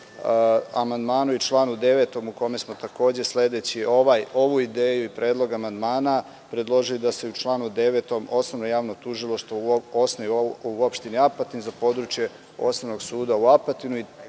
amandmanu i članu 9. u kome smo, takođe sledeći ovu ideju i predlog amandmana, predložili da se u članu 9. osnovno javno tužilaštvo osniva u opštini Apatin za područje osnovnog suda u Apatinu.